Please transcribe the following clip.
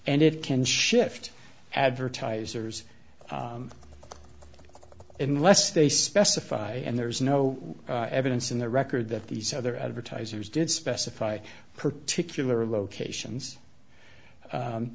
and it can shift advertisers unless they specify and there's no evidence in the record that these other advertisers did specify particular locations